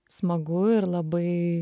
smagu ir labai